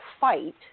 fight